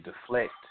deflect